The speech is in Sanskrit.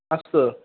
अस्तु